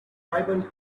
tribal